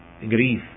grief